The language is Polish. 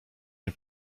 nie